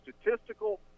statistical